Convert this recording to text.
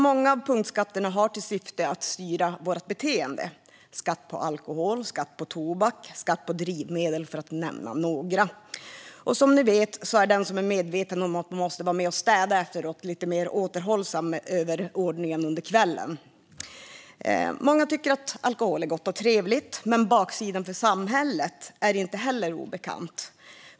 Många av punktskatterna har ju till syfte att styra vårt beteende - skatt på alkohol, skatt på tobak, skatt på drivmedel för att nämna några. Och som ni vet är den som är medveten om att man måste vara med och städa efteråt lite mer återhållsam under kvällen. Många tycker att alkohol är gott och trevligt, men baksidan för samhället är inte heller obekant.